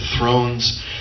thrones